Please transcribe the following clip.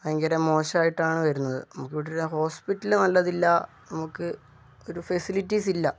ഭയങ്കര മോശമായിട്ടാണ് വരുന്നത് നമുക്കിവിടൊരു ഹോസ്പിറ്റല് നല്ലതില്ല നമുക്ക് ഒരു ഫെസിലിറ്റീസ് ഇല്ല